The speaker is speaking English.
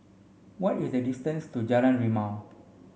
what is the distance to Jalan Rimau